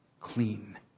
clean